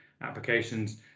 applications